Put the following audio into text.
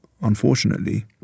unfortunately